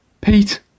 Pete